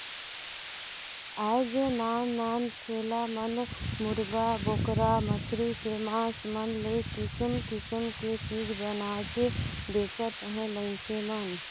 आयज नान नान ठेला मन मुरगा, बोकरा, मछरी के मास मन ले किसम किसम के चीज बनायके बेंचत हे मइनसे मन